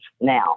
now